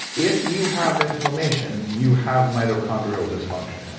if you have inflammation you have mitochondrial dysfunction. yeah